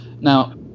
Now